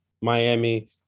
Miami